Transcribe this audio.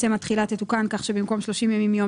התחילה תתוקן כך שבמקום 30 ימים מיום